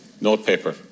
notepaper